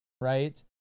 right